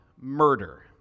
murder